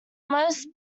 most